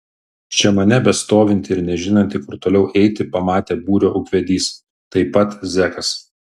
čia mane bestovintį ir nežinantį kur toliau eiti pamatė būrio ūkvedys taip pat zekas